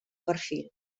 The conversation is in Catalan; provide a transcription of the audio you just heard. perfil